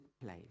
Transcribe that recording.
place